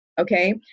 okay